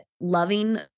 loving